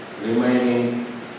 remaining